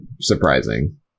surprising